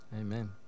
Amen